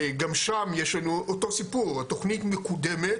גם שם יש לנו אותו סיפור, התוכנית מקודמת,